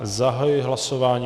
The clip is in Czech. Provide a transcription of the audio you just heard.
Zahajuji hlasování.